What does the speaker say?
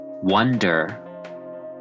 wonder